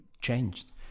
changed